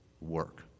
work